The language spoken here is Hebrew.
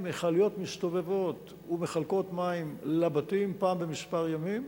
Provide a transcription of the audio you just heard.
ומכליות מסתובבות ומחלקות מים לבתים פעם בכמה ימים,